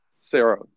Sarah